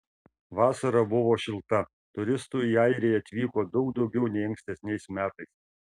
vasara buvo šilta turistų į airiją atvyko daug daugiau nei ankstesniais metais